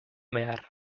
behar